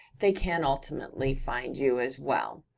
they can ultimately find you as well.